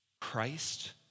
Christ